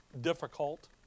difficult